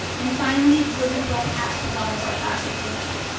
and finally, the libertyville patch has all of our classes listed.